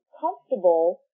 comfortable